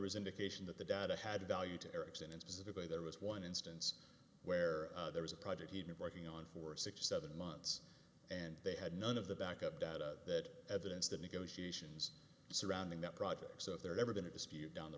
was indication that the data had a value to erickson and specifically there was one instance where there was a project he'd been working on for six or seven months and they had none of the backup data that evidence that negotiations surrounding that project so if there ever been a dispute down the